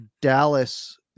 Dallas